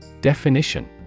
Definition